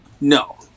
no